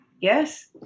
yes